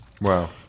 Wow